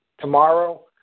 tomorrow